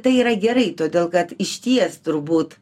tai yra gerai todėl kad išties turbūt